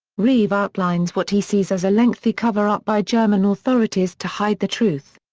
reeve outlines what he sees as a lengthy cover-up by german authorities to hide the truth.